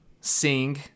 Sing